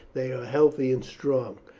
they are healthy and strong.